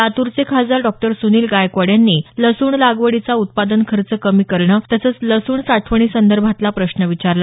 लातूरचे खासदार डॉ सुनील गायकवाड यांनी लसूण लागवडीचा उत्पादन खर्च कमी करणं तसंच लसूण साठवणीसंदर्भातला प्रश्न विचारला